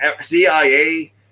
CIA